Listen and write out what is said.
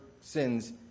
sins